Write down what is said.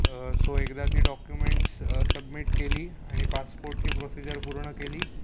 so एकदा ती documents submit केली आणि पासपोर्टची प्रोसिजर पूर्ण केली